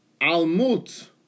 Almut